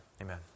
Amen